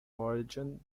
origin